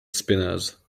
spinners